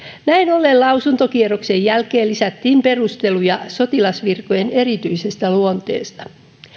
näin ollen lausuntokierroksen jälkeen lisättiin perusteluja sotilasvirkojen erityisestä luonteesta